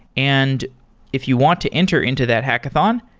and if you want to enter into that hackathon,